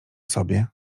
sobie